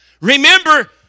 Remember